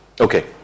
okay